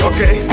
Okay